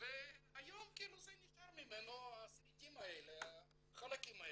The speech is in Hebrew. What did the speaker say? והיום נשארו ממנו השרידים והחלקים האלה,